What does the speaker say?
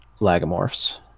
Lagomorphs